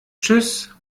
tschüss